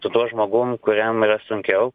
su tuo žmogum kuriam yra sunkiau